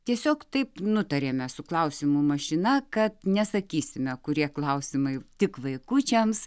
tiesiog taip nutarėme su klausimų mašina kad nesakysime kurie klausimai tik vaikučiams